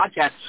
podcast